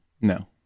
no